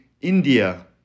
India